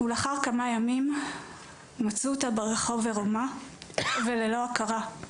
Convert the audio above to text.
ולאחר כמה ימים מצאו אותה ברחוב עירומה וללא הכרה.